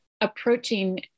approaching